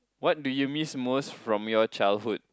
what do you miss most from your childhood